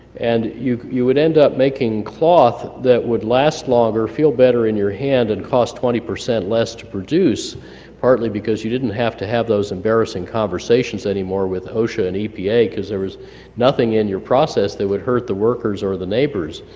and you you would end up making cloth that would last longer, feel better in your hand, and cost twenty percent less to produce partly because you didn't have to have those embarrassing conversations anymore with osha and epa because there was nothing in your process that would hurt the workers or the neighbors.